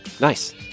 Nice